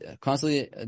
constantly